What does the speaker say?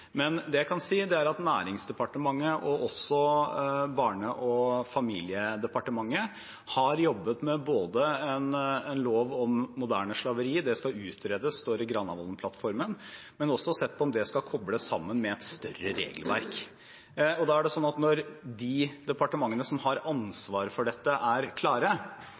Det jeg kan si, er at Næringsdepartementet og Barne- og familiedepartementet har jobbet med en lov om moderne slaveri – det skal utredes, står det i Granavolden-plattformen – og sett på om det skal kobles sammen med et større regelverk. Og når de departementene som har ansvaret for dette er klare,